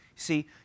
see